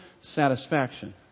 satisfaction